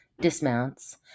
dismounts